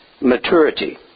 maturity